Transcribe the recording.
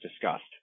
discussed